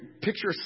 picture